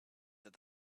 that